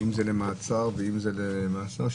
אם למעצר ואם למאסר,